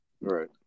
Right